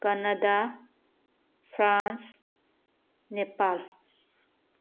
Canada France Nepal